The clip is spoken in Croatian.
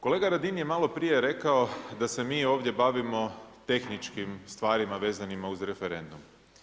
Kolega Radin je maloprije rekao da se mi ovdje bavimo tehničkim stvarima vezanima uz referendum.